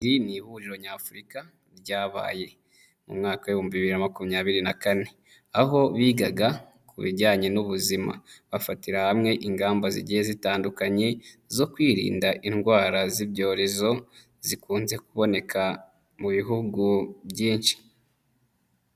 Iri ni ihuriro nyafurika ryabaye mu mwaka w'ibihumbi bibiri na makumyabiri na kane, aho bigaga ku bijyanye n'ubuzima, bafatira hamwe ingamba zigiye zitandukanye zo kwirinda indwara z'ibyorezo zikunze kuboneka mu bihugu byinshi.